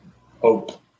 Hope